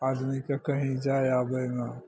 आदमीके कहीँ जाए आबैमे